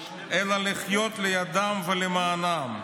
אלא לחיות לידם ולמענם.